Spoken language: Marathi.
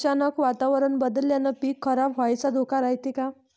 अचानक वातावरण बदलल्यानं पीक खराब व्हाचा धोका रायते का?